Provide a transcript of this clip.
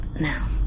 now